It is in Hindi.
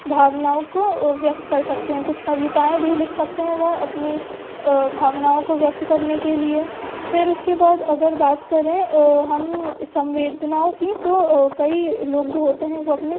भावनाओं को व्यक्त कर सकते हैं कुछ कविताऍं भी लिख सकते हैं वह अपनी भावनाओं को व्यक्त करने के लिए फिर उसके बाद अगर बात करें हम संवेदनाओं की तो कई लोग जो होते हैं वो अपनी